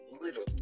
Little